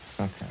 Okay